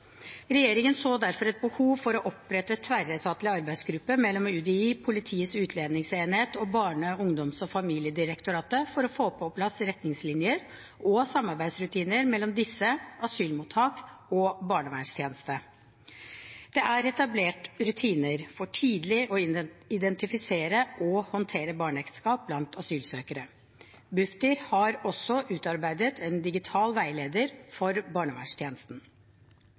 Regjeringen så derfor et behov for å opprette en tverretatlig arbeidsgruppe mellom UDI, Politiets utlendingsenhet og Barne-, ungdoms- og familiedirektoratet for å få på plass retningslinjer og samarbeidsrutiner mellom disse, asylmottak og lokal barnevernstjeneste. Det er etablert rutiner for tidlig å identifisere og håndtere barneekteskap blant asylsøkere. Bufdir har også utarbeidet en digital veileder for barnevernstjenesten.